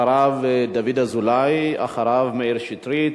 אחריו, דוד אזולאי, אחריו, מאיר שטרית,